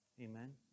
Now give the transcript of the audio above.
Amen